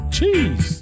Cheese